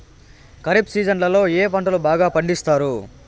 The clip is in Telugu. ఖరీఫ్ సీజన్లలో ఏ పంటలు బాగా పండిస్తారు